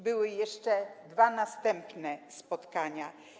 Były jeszcze dwa następne spotkania.